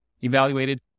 evaluated